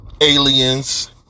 aliens